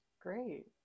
Great